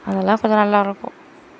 அதெல்லாம் கொஞ்சம் நல்லா இருக்கும்